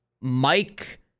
Mike